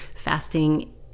fasting